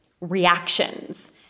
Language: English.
reactions